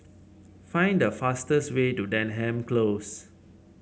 find the fastest way to Denham Close